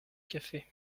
café